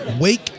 wake